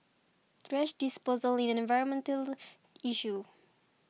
thrash disposal is an environmental issue